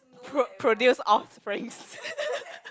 pr~ produce offspring